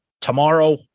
Tomorrow